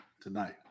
tonight